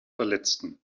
verletzten